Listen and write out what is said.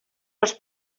els